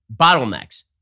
bottlenecks